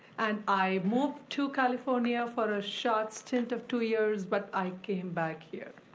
and i moved to california for a short stint of two years but i came back here.